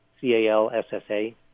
C-A-L-S-S-A